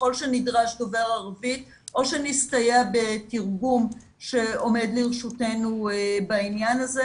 ככל שנדרש דובר ערבית או שנסתייע בתרגום שעומד לרשותנו בעניין הזה,